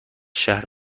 شهر